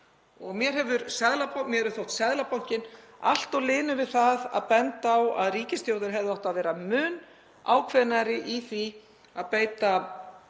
Mér hefur þótt Seðlabankinn allt of linur við að benda á að ríkisstjórnin hefði átt að vera mun ákveðnari í því að beita